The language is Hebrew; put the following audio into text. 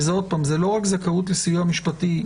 וזאת לא רק זכאות לסיוע משפטי,